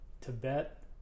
Tibet